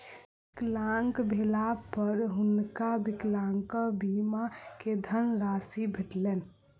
विकलांग भेला पर हुनका विकलांग बीमा के धनराशि भेटलैन